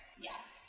Yes